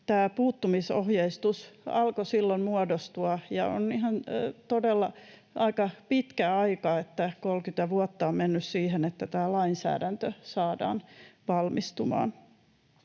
tämä puuttumisohjeistus alkoi silloin muodostua, ja ihan todella pitkä aika, 30 vuotta, on mennyt siihen, että tämä lainsäädäntö saadaan valmistumaan.